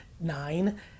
Nine